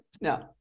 No